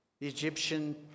Egyptian